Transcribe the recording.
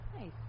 Nice